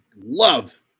love –